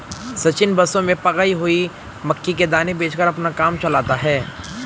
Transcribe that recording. सचिन बसों में पकाई हुई मक्की के दाने बेचकर अपना काम चलाता है